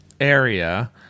area